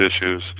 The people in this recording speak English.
issues